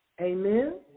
Amen